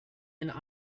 and